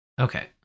Okay